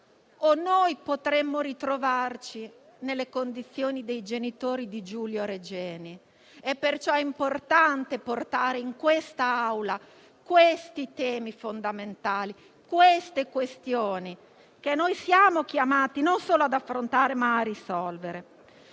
noi potremmo ritrovarci nelle condizioni dei genitori di Giulio Regeni. È perciò importante portare in Aula questi temi fondamentali e queste questioni, che siamo chiamati non solo ad affrontare, ma a risolvere.